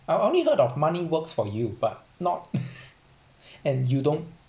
I only heard of money works for you but not and you don't